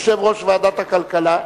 יושב-ראש ועדת הכלכלה,